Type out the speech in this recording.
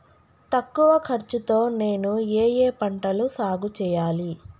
తక్కువ ఖర్చు తో నేను ఏ ఏ పంటలు సాగుచేయాలి?